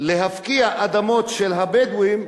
להפקיע אדמות של הבדואים,